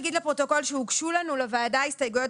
לפרוטוקול שהוגשו לנו לוועדה הסתייגויות